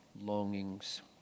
longings